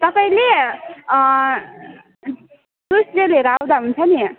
तपाईँले ट्युस्डे लिएर आउँदा हुन्छ नि